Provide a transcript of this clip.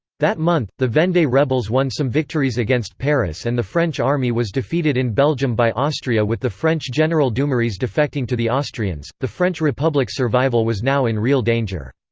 that month, the vendee rebels won some victories against paris and the french army was defeated in belgium by austria with the french general dumouriez defecting to the austrians the french republic's survival was now in real danger.